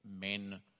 men